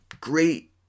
great